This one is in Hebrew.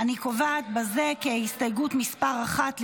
אני קובעת בזה כי ההסתייגות מס' 1,